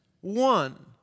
one